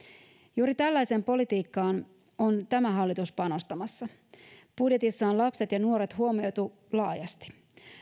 juuri tällaiseen politiikkaan on tämä hallitus panostamassa budjetissa on lapset ja nuoret huomioitu laajasti